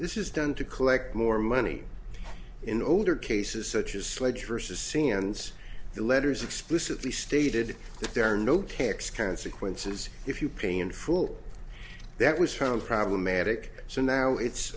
this is done to collect more money in older cases such as sledge versus seeing and the letters explicitly stated there are no tax consequences if you pay in full that was found problematic so now it's